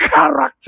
character